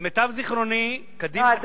למיטב זיכרוני קדימה תמכה בחוק.